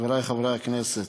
חברי חברי הכנסת,